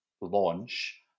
launch